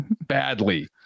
badly